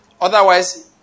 Otherwise